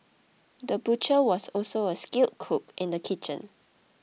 the butcher was also a skilled cook in the kitchen